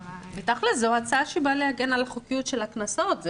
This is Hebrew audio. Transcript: תכלס, זו הצעה שבאה להגן על החוקיות של הקנסות.